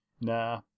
Nah